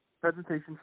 presentation